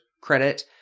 credit